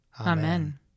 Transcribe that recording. Amen